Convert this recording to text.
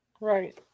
Right